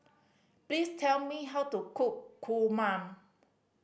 please tell me how to cook kurma